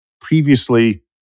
previously